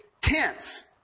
tense